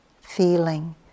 feeling